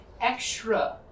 extra